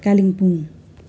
Kalimpong